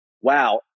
wow